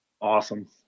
awesome